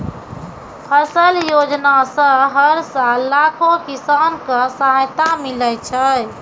फसल योजना सॅ हर साल लाखों किसान कॅ सहायता मिलै छै